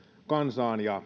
kansaan ja